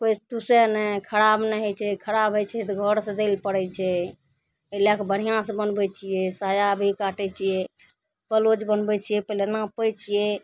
कोइ दुसै नहि खराब नहि होइ छै खराब होइ छै तऽ घरसे दै ले पड़ै छै एहि लैके बढ़िआँसे बनबै छिए साया भी काटै छिए ब्लाउज बनबै छिए पहिले नापै छिए